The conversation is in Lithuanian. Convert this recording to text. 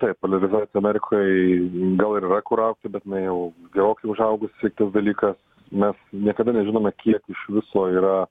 taip poliarizacija amerikoj gal ir yra kur augti bet jinai jau gerokai užaugusi kitas dalykas mes niekada nežinome kiek iš viso yra